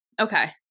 Okay